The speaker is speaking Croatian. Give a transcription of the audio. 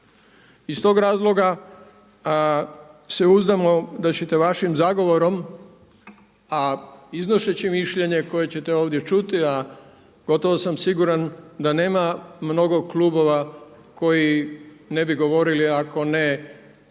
Iz tog razloga se uzdamo da ćete vašim zagovorom, a iznoseći mišljenje koje ćete ovdje čuti, a gotovo sam siguran da nema mnogo klubova koji ne bi govorili ako ne izričitije